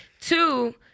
Two